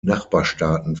nachbarstaaten